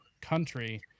country